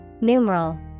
Numeral